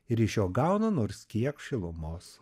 ir iš jo gauna nors kiek šilumos